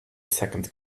second